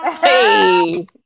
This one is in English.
Hey